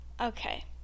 okay